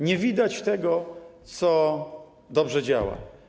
Nie widać tego, co dobrze działa.